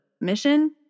mission